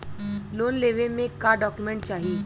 Loan लेवे मे का डॉक्यूमेंट चाही?